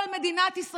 כל מדינת ישראל,